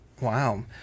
Wow